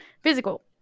Physical